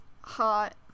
hot